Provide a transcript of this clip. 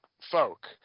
folk